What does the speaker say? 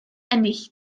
ennill